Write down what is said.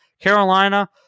Carolina